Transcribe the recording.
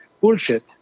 bullshit